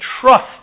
trust